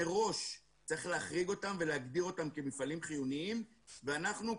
מראש צריך להחריג אותם ולהגדיר אותם כמפעלים חיוניים ואנחנו,